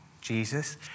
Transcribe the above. Jesus